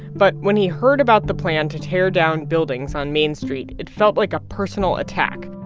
but when he heard about the plan to tear down buildings on main street, it felt like a personal attack.